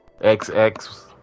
XX